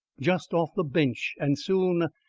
just off the bench and soon.